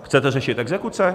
Chcete řešit exekuce?